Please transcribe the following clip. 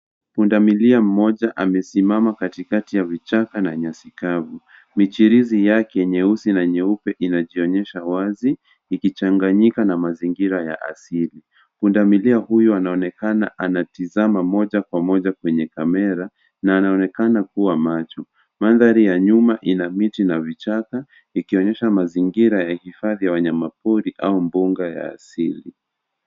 Punda milia mmoja amesimama katikati ya vichaka na nyasi kavu. Michirizi yake myeusi na meupe inaonekana wazi, ikichanganyika na mandhari ya asili. Pundamilia huyu anaonekana akitazama moja kwa moja kwenye kamera, na anaonekana kuwa macho. Mandhari ya nyuma ina miti na vichaka ikionyesha mazingira ya hifathi ya wanyama pori au mbuga y asili.